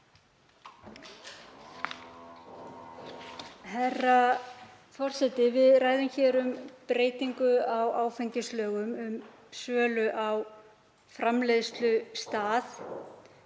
Herra forseti. Við ræðum hér um breytingu á áfengislögum um sölu á framleiðslustað.